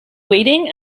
waiting